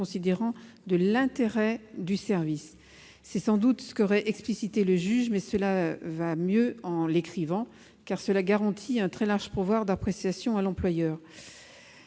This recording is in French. considérant l'intérêt du service. C'est sans doute ce qu'aurait explicité le juge, mais cela va mieux en l'écrivant, car cela garantit un très large pouvoir d'appréciation à l'employeur.